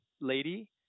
lady